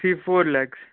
three four lakhs